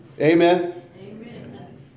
Amen